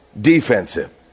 defensive